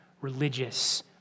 religious